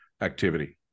activity